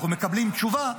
אנחנו מקבלים תשובה.